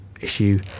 issue